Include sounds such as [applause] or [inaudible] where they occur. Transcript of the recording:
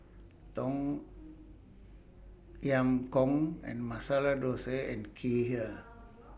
Tom Yam Goong and Masala Dosa and Kheer [noise]